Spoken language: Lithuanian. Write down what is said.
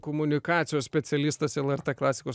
komunikacijos specialistas lrt klasikos